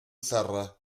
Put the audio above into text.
serra